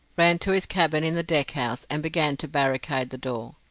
ran to his cabin in the deckhouse, and began to barricade the door.